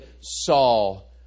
Saul